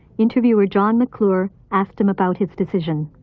interviewer john mcclure asked him about his decision.